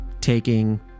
taking